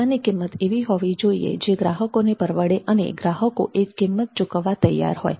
સેવાની કિંમત એવી હોવી જોઈએ જે ગ્રાહકોને પરવડે અને ગ્રાહકો એ કિંમત ચૂકવવા તૈયાર હોય